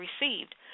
received